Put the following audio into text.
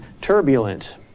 turbulent